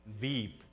weep